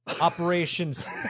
Operations